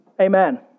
Amen